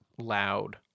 loud